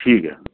ٹھیک ہے